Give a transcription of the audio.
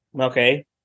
Okay